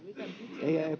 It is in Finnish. ei